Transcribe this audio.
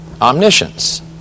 omniscience